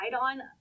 on